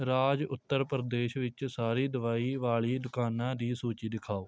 ਰਾਜ ਉੱਤਰ ਪ੍ਰਦੇਸ਼ ਵਿੱਚ ਸਾਰੀ ਦਵਾਈ ਵਾਲੀ ਦੁਕਾਨਾਂ ਦੀ ਸੂਚੀ ਦਿਖਾਓ